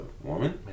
woman